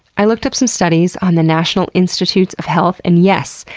i looked up some studies on the national institute of health and yes,